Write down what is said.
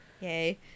Yay